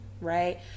right